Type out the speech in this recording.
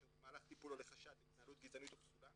כאשר במהלך טיפול עולה חשד להתנהלות גזענית או פסולה,